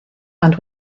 and